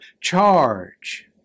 charge